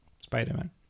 spider-man